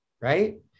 right